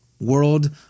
world